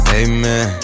amen